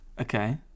Okay